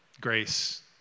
Grace